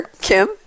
Kim